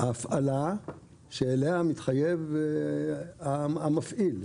ההפעלה שאליה מתחייב המפעיל.